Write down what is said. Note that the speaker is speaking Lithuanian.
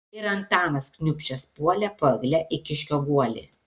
ir antanas kniūbsčias puolė po egle į kiškio guolį